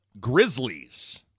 Grizzlies